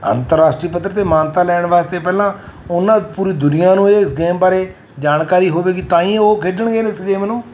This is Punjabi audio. ਅੰਤਰਰਾਸ਼ਟਰੀ ਪੱਧਰ 'ਤੇ ਮਾਨਤਾ ਲੈਣ ਵਾਸਤੇ ਪਹਿਲਾਂ ਉਹਨਾਂ ਪੂਰੀ ਦੁਨੀਆਂ ਨੂੰ ਇਹ ਗੇਮ ਬਾਰੇ ਜਾਣਕਾਰੀ ਹੋਵੇਗੀ ਤਾਂ ਹੀ ਉਹ ਖੇਡਣਗੇ ਇਸ ਗੇਮ ਨੂੰ